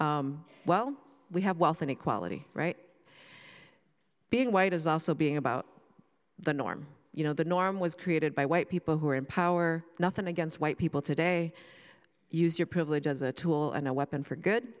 well we have wealth inequality right being white is also being about the norm you know the norm was created by white people who are in power nothing against white people today use your privilege as a tool and a weapon for good